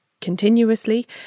continuously